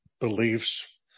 beliefs